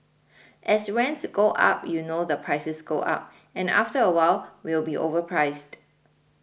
as rents go up you know the prices go up and after a while we'll be overpriced